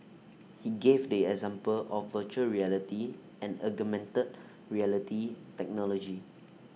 he gave the example of Virtual Reality and augmented reality technology